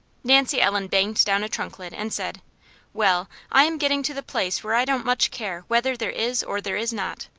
nancy ellen banged down a trunk lid and said well, i am getting to the place where i don't much care whether there is or there is not.